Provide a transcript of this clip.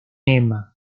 emma